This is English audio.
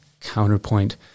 counterpoint